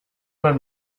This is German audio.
man